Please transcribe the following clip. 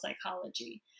psychology